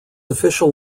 official